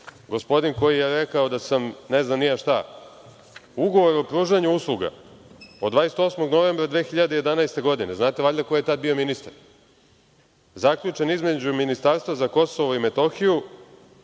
gospodin koji je rekao da sam ne znam ni ja šta. Ugovor o pružanju usluga od 28. novembra 2011. godine, znate valjda ko je tad bio ministar, zaključen između Ministarstva za Kosovo i Metohiju,